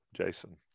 Jason